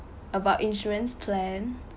about insurance plan